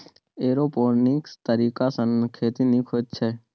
aeroponics तरीकासँ खेती नीक होइत छै